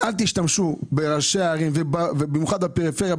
אל תשתמשו בראשי הערים ובמיוחד בפריפריה,